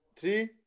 three